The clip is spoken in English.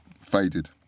faded